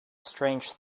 strange